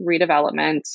redevelopment